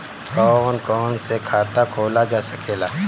कौन कौन से खाता खोला जा सके ला?